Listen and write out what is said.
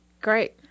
great